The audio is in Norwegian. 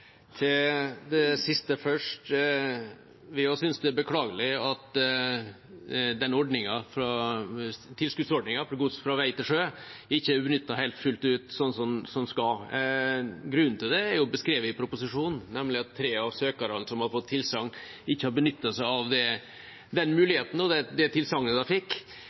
Til det siste først: Vi synes også det er beklagelig at tilskuddsordningen for gods fra vei til sjø ikke er benyttet fullt ut, slik den skal. Grunnen til det er beskrevet i proposisjonen, nemlig at tre av søkerne som har fått tilsagn, ikke har benyttet seg av den muligheten og det tilsagnet de fikk.